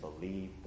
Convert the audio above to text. believe